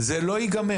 זה לא ייגמר.